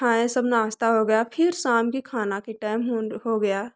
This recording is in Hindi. खाएँ सब नास्ता हो गया फिर शाम के खाना के टाइम हो गया